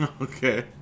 Okay